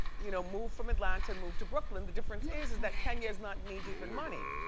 you know move from atlanta, and move to brooklyn. the difference is is that kenya's not knee deep in money.